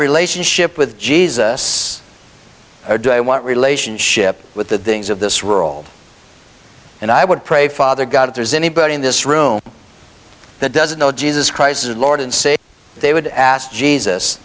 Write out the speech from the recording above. relationship with jesus or do i want relationship with the things of this world and i would pray father god if there's anybody in this room that doesn't know jesus christ as lord and say they would ask jesus